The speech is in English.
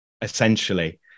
essentially